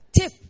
tip